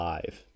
Live